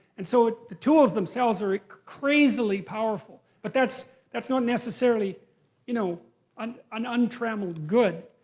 and so the tools themselves are crazily powerful. but that's that's not necessarily you know and an un-trammeled good,